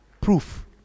proof